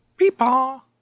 Peepaw